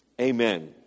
Amen